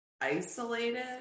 isolated